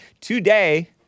today